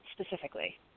specifically